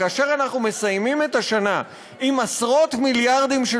כאשר אנחנו מסיימים את השנה עם עשרות-מיליארדים של